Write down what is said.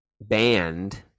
band